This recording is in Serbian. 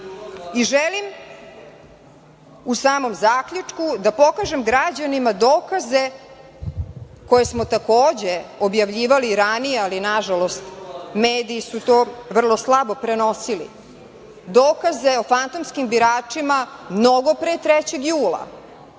proces. Želim u samom zaključku da pokažem građanima dokaze koje smo takođe objavljivali i ranije, ali nažalost mediji su to vrlo slabo prenosili. Dokaze o fantomskim biračima mnogo pre 3. jula,